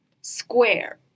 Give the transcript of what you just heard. square